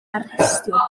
harestio